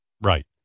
Right